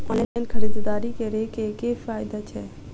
Online खरीददारी करै केँ की फायदा छै?